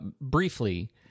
briefly